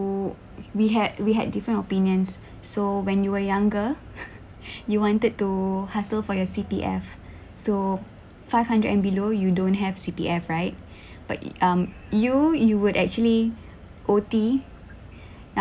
we had we had different opinions so when you were younger you wanted to hau